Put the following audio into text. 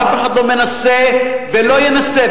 אף אחד לא מנסה ולא ינסה,